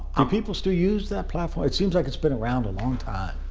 and people still use that platform. it seems like it's been around a long time.